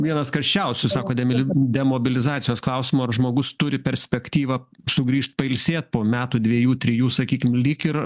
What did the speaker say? vienas karščiausių sako demil demobilizacijos klausimų ar žmogus turi perspektyvą sugrįžt pailsėt po metų dviejų trijų sakykim lyg ir